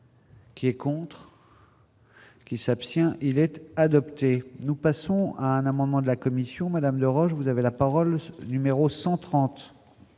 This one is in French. qui est pour. Qui s'abstient-il être adopté, nous passons à un amendement de la commission Madame, de Roche, vous avez la parole numéro 130.